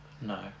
No